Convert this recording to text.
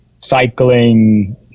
cycling